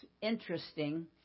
interesting